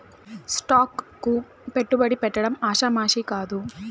stock కు పెట్టుబడి పెట్టడం ఆషామాషీ కాదు